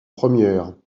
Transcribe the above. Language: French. premières